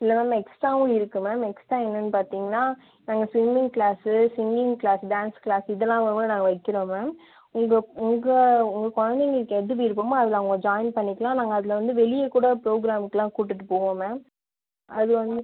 இல்லை மேம் எக்ஸ்ட்ராவும் இருக்கு மேம் எக்ஸ்ட்ரா என்னன்னு பார்த்திங்கனா நாங்கள் swimming class singing class dance class இதெல்லாமே நாங்கள் வைக்கிறோம் மேம் இது உங்கள் உங்கள் குழந்தைங்களுக்கு எது விருப்பமோ அதில் அவங்க ஜாயின் பண்ணிக்கலாம் நாங்கள் அதில் வந்து வெளியே கூட ப்ரோக்ராம்க்குலாம் கூட்டுகிட்டு போவோம் மேம் அது வந்து